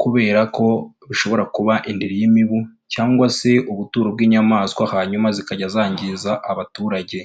kubera ko bishobora kuba indiri y'imibu cyangwa se ubuturo bw'inyamaswa hanyuma zikajya zangiza abaturage.